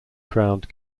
crowned